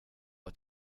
ett